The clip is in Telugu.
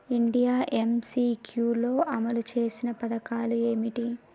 ఇండియా ఎమ్.సి.క్యూ లో అమలు చేసిన పథకాలు ఏమిటి?